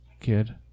kid